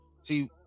see